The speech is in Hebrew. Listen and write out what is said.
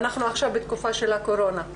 אנחנו עכשיו בתקופה של הקורונה,